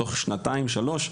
תוך שנתיים שלוש,